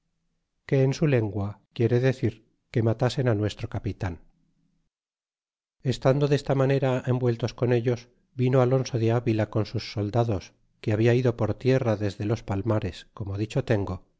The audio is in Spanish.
que en su lengua quiere decir que matasen á nuestro capitan estado desta manera envueltos con ellos vino alonso de avila con sus soldados que habla ido por tierra desde los palmares como dicho tengo